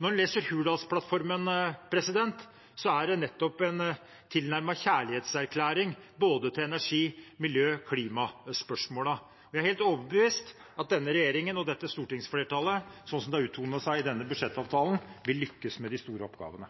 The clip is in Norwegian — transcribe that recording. Når en leser Hurdalsplattformen, er det en tilnærmet kjærlighetserklæring til både energi-, miljø- og klimaspørsmålene. Jeg er helt overbevist om at denne regjeringen og dette stortingsflertallet, sånn som det har fortonet seg i denne budsjettavtalen, vil lykkes med de store oppgavene.